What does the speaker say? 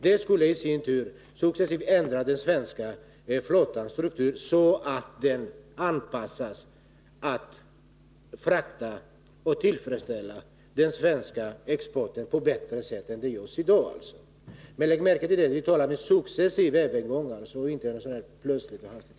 Det skulle i sin tur successivt ändra den svenska flottans struktur så att den på ett bättre sätt än i dag anpassades till att frakta svenska exportvaror. Men lägg märke till att vi talar om en successiv ändring, inte en plötslig och hastig.